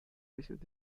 receive